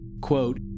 quote